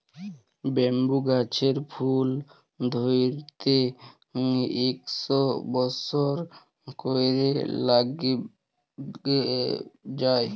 bamboo গাহাচের ফুল ধ্যইরতে ইকশ বসর ক্যইরে ল্যাইগে যায়